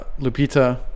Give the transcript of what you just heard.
Lupita